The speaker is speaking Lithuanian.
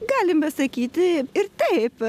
galima sakyti ir taip